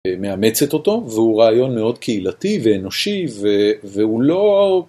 מאמצת אותו, והוא רעיון מאוד קהילתי ואנושי והוא לא...